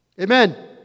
Amen